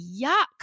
Yuck